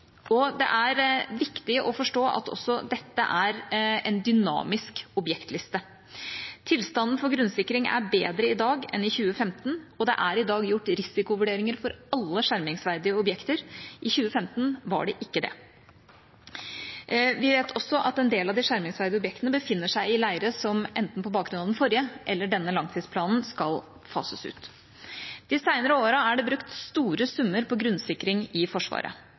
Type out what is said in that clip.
og det er viktig å forstå at også dette er en dynamisk objektliste. Tilstanden for grunnsikring er bedre i dag enn i 2015, og det er i dag gjort risikovurderinger for alle skjermingsverdige objekter. I 2015 var det ikke det. Vi vet også at en del av de skjermingsverdige objektene befinner seg i leire som – enten på bakgrunn av den forrige eller denne langtidsplanen – skal fases ut. De senere årene er det brukt store summer på grunnsikring i Forsvaret.